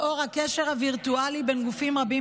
לאור הקשר הווירטואלי בין גופים רבים